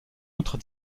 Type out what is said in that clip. outre